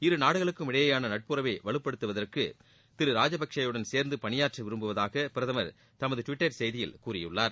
இரு நாடுகளுக்கும் இடையேயான நட்புறவை வலுப்படுத்தவதற்கு திரு ராஜபக்ஷே யுடன் சேர்ந்து பணியாற்ற விரும்புவதாக பிரதமர் தமது டுவிட்டர் செய்தியில் கூறியுள்ளார்